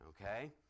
Okay